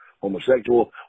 homosexual